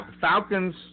Falcons